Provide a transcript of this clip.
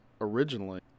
originally